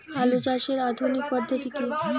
আলু চাষের আধুনিক পদ্ধতি কি?